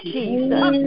Jesus